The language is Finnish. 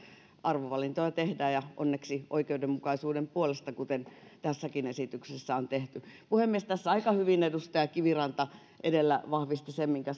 arvovalintoja tehdään ja onneksi oikeudenmukaisuuden puolesta kuten tässäkin esityksessä on tehty puhemies tässä aika hyvin edustaja kiviranta edellä vahvisti sen minkä